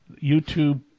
YouTube